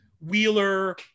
Wheeler